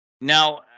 Now